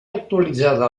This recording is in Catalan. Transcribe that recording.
actualitzada